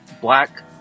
black